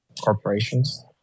Corporations